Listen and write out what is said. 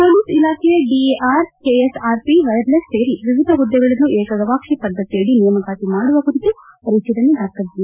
police ಇಲಾಖೆಯ DAR KSRP wireless ಸೇರಿ ವಿವಿಧ ಹುದ್ದೆಗಳನ್ನು ಏಕ ಗವಾಕ್ಷಿ ಪದ್ದತಿಯಡಿ ನೇಮಕಾತಿ ಮಾಡುವ ಕುರಿತು ಪರಿಶೀಲನೆ ಡಾ ಜಿ